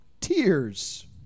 Tears